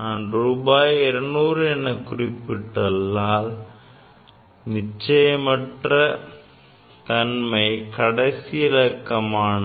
நான் ரூபாய் 200 எனக் குறிப்பிட்டால் நிலையற்ற தன்மை கடைசி இலக்கமான